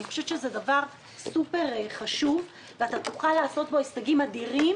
אני חושבת שזה דבר סופר חשוב ואתה תוכל להגיע בו להישגים אדירים